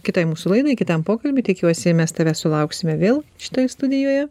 kitai mūsų laidai kitam pokalbiui tikiuosi mes tavęs sulauksime vėl šitoj studijoje